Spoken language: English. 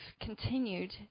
continued